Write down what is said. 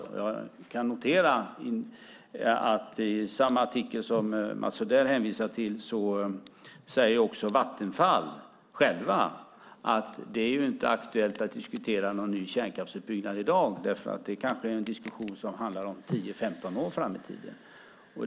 Jag kan notera att i samma artikel som Mats Odell hänvisar till säger också Vattenfall själva att det inte är aktuellt att diskutera någon ny kärnkraftsutbyggnad i dag. Det kanske är en diskussion som handlar om 10-15 år fram i tiden.